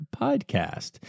podcast